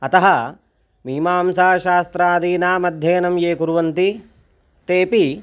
अतः मीमांसाशास्त्रादीनामध्ययनं ये कुर्वन्ति तेपि